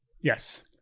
Yes